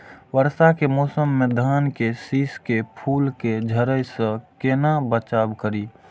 वर्षा के मौसम में धान के शिश के फुल के झड़े से केना बचाव करी?